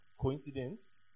Coincidence